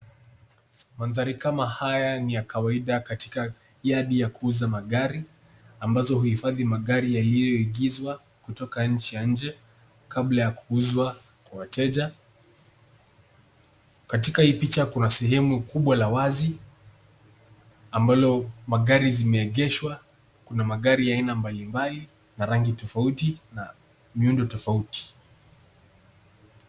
Mandhari kama haya ni ya kawaida katika yadi ya kuuza magari, ambazo huhifadhi magari yaliyoingizwa, kutoka nchi ya nje, kabla ya kuuzwa kwa wateja. Katika hii picha, kuna sehemu kubwa la wazi, ambalo magari zimeegeshwa. Kuna magari ya aina mbalimbali, na rangi tofauti, na miundo tofauti.